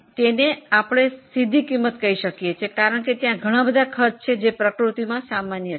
તેને પ્રત્યક્ષ ખર્ચ કહી શકીએ છીએ કારણ કે ઘણા ખર્ચ સામાન્ય છે